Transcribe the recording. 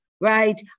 right